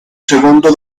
secondo